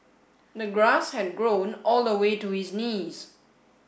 the grass had grown all the way to his knees